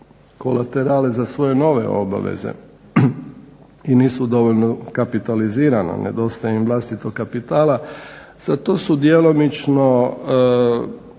kolaterale za svoje nove obaveze i nisu dovoljno kapitalizirana, nedostaje im vlastitog kapitala za to su djelomično